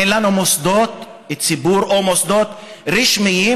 אין לנו מוסדות ציבור או מוסדות רשמיים